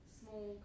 small